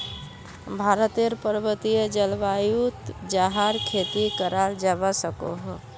भारतेर पर्वतिये जल्वायुत याहर खेती कराल जावा सकोह